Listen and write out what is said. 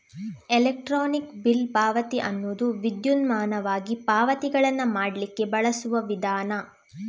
electronic bill ಪಾವತಿ ಅನ್ನುದು ವಿದ್ಯುನ್ಮಾನವಾಗಿ ಪಾವತಿಗಳನ್ನ ಮಾಡ್ಲಿಕ್ಕೆ ಬಳಸುವ ವಿಧಾನ